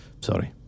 Sorry